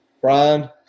Brian